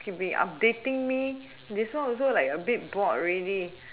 keeping updating me this one also like a bit bored already